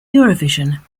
eurovision